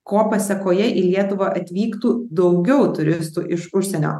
ko pasekoje į lietuvą atvyktų daugiau turistų iš užsienio